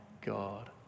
God